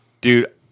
Dude